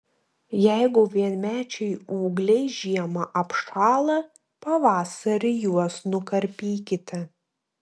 jeigu vienmečiai ūgliai žiemą apšąla pavasarį juos nukarpykite